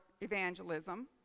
evangelism